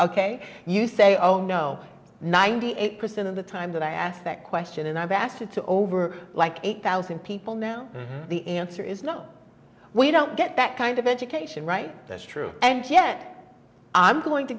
ok you say oh no ninety eight percent of the time that i asked that question and i've asked it to over like eight thousand people now the answer is no we don't get that kind of education right that's true and yet i'm going to